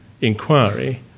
inquiry